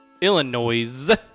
Illinois